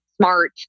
smart